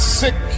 sick